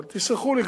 אבל תסלחו לי,